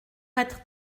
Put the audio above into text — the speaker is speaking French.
être